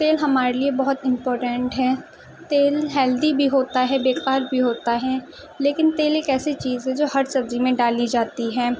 تیل ہمارے لیے بہت امپورٹینٹ ہے تیل ہیلدی بھی ہوتا ہے بے کار بھی ہوتا ہے لیکن تیل ایک ایسی چیز ہے جو ہر سبزی میں ڈالی جاتی ہے